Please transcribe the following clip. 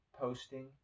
posting